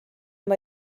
amb